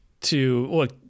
to—look